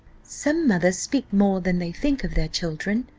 some mothers speak more than they think of their children,